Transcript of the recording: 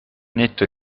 netto